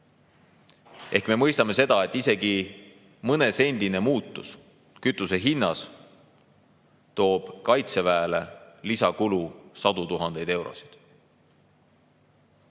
Ehk me mõistame seda, et isegi mõnesendine muutus kütusehinnas toob Kaitseväele lisakulu sadu tuhandeid eurosid.